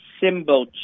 symbol